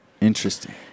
Interesting